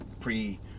pre